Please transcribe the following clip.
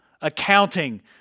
accounting